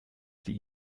sie